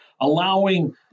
allowing